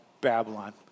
Babylon